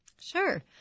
Sure